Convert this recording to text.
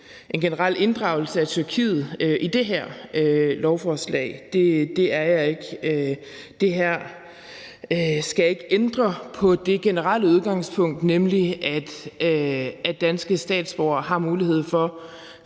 en generel inddragelse af Tyrkiet i det her lovforslag. Det er jeg ikke. Det her skal ikke ændre på det generelle udgangspunkt, nemlig at danske statsborgere har mulighed for